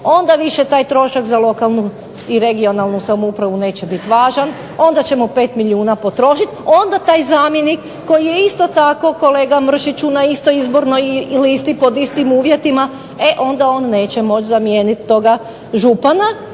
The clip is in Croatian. onda više taj trošak za lokalnu i regionalnu samoupravu neće biti važan, onda ćemo 5 milijuna potrošiti, onda taj zamjenik koji je isto tako kolega Mršiću na istoj izbornoj listi pod istim uvjetima, e onda on neće moći zamijeniti toga župana,